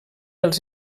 els